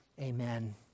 Amen